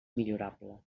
millorable